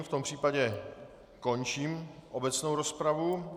V tom případě končím obecnou rozpravu.